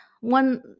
one